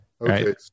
Okay